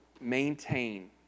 maintain